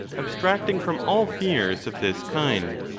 abstracting from all fears of this kind?